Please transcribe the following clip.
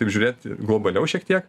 taip žiūrėt globaliau šiek tiek